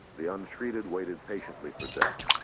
the untreated waited patiently for death.